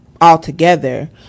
altogether